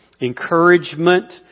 encouragement